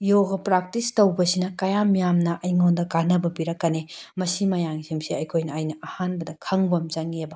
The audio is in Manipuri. ꯌꯣꯒ ꯄ꯭ꯔꯥꯛꯇꯤꯁ ꯇꯧꯕꯁꯤꯅ ꯀꯌꯥꯝ ꯌꯥꯝꯅ ꯑꯩꯉꯣꯟꯗ ꯀꯥꯟꯅꯕ ꯄꯤꯔꯛꯀꯅꯤ ꯃꯁꯤ ꯃꯌꯥꯝꯁꯤꯡꯁꯤ ꯑꯩꯈꯣꯏꯅ ꯑꯩꯅ ꯑꯍꯥꯟꯕꯗ ꯈꯪꯕ ꯑꯃ ꯆꯪꯏꯌꯦꯕ